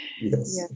Yes